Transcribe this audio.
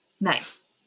Nice